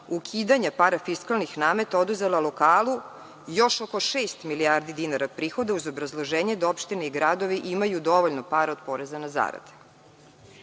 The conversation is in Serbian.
ukidanja parafiskalnih nameta oduzela lokalu još oko šest milijardi prihoda uz obrazloženje da opštine i gradovi imaju dovoljno para od poreza na zarade. Dalje,